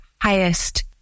highest